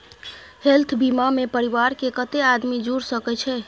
Health बीमा मे परिवार के कत्ते आदमी जुर सके छै?